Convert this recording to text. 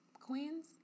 queens